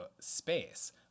space